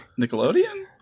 nickelodeon